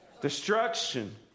Destruction